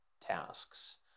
tasks